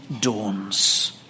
dawns